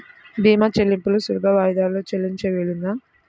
భీమా చెల్లింపులు సులభ వాయిదాలలో చెల్లించే వీలుందా?